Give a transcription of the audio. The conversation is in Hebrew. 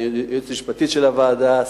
ליועצת המשפטית של הוועדה,